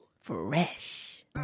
Fresh